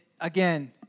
again